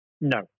No